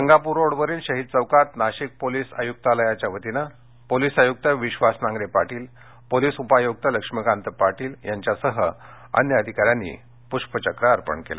Gangapur road वरील शहिद चौकात नाशिक पोलीस आयुक्तालयाच्या वतीनं पोलीस आयुक्त विश्वास नांगरे पाटील पोलीस उपआयुक्त लक्ष्मीकांत पाटील पौर्णिमा चौघूले यांच्यासह अन्य अधिकाऱ्यांनी पुष्पचक्र अर्पण केलं